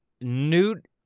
Newt